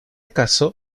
caso